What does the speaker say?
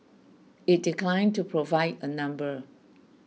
it declined to provide a number